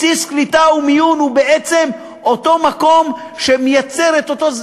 בסיס קליטה ומיון הוא בעצם אותו מקום שמייצר את אותו,